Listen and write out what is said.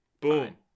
boom